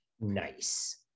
Nice